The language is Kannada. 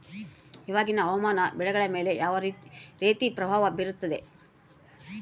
ಇವಾಗಿನ ಹವಾಮಾನ ಬೆಳೆಗಳ ಮೇಲೆ ಯಾವ ರೇತಿ ಪ್ರಭಾವ ಬೇರುತ್ತದೆ?